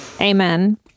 Amen